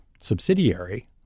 subsidiary